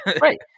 right